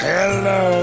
Hello